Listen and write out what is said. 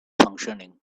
functioning